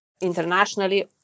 internationally